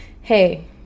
hey